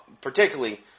particularly